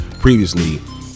previously